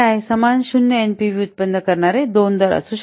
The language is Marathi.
समान 0 एनपीव्ही उत्पन्न करणारे दोन दर असू शकतात